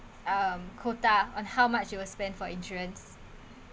um quota on how much you will spend for insurance